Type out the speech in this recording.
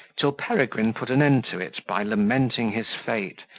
till peregrine put an end to it by lamenting his fate,